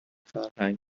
فرهنگ